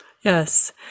Yes